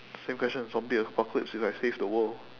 same question zombie apocalypse if I save the world